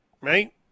Right